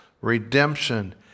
redemption